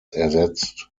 ersetzt